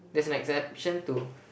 there's an exception to